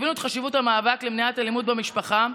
הבינו את חשיבות המאבק למניעת אלימות במשפחה,